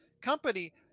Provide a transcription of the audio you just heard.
company –